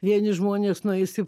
vieni žmonės nueis į